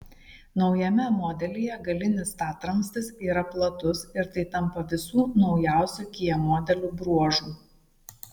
naujame modelyje galinis statramstis yra platus ir tai tampa visų naujausių kia modelių bruožu